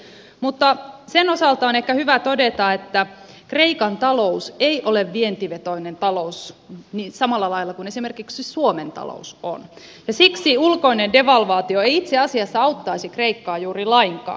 sen osalta on ehkä hyvä todeta että kreikan talous ei ole vientivetoinen talous samalla lailla kuin esimerkiksi suomen talous on ja siksi ulkoinen devalvaatio ei itse asiassa auttaisi kreikkaa juuri lainkaan